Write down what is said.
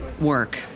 work